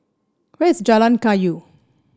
where is Jalan Kayu